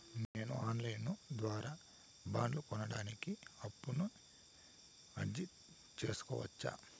నేను online ద్వారా బండ్లు కొనడానికి అప్పుకి అర్జీ సేసుకోవచ్చా?